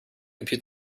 compute